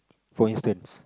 for instance